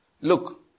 Look